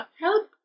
help